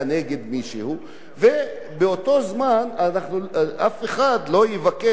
ובאותו זמן אף אחד לא יבקש לפטור מישהו